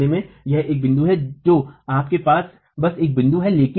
चरम मामले में यह एक बिंदु है जो आपके पास बस एक बिंदु है